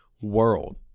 world